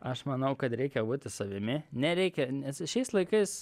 aš manau kad reikia būti savimi nereikia nes šiais laikais